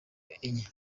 enye